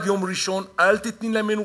קחי אַת עד יום ראשון, אל תיתני להם מנוחה.